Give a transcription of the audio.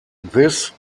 this